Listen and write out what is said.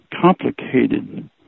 complicated